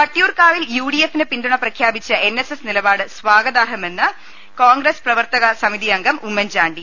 വട്ടിയൂർക്കാവിൽ U D എഫിന് പിന്തുണ പ്രഖ്യാപിച്ച എൻ എസ് എസ് നിലപാട് സ്വാഗതാർഹമെന്ന് കോൺഗ്രസ് പ്രവർത്ത ക സമിതിയംഗം ഉമ്മൻചാണ്ടി